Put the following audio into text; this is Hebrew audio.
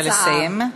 נא לסיים.